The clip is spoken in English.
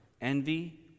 envy